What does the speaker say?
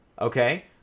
okay